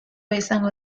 izango